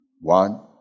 one